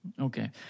Okay